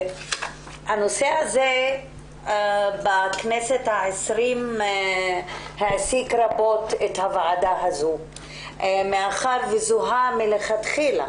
הנושא הזה בכנסת העשרים העסיק רבות את הוועדה הזו מאחר וזוהה מלכתחילה